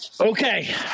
Okay